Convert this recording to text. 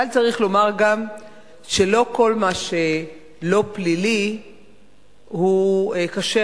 אבל צריך לומר גם שלא כל מה שלא פלילי הוא כשר.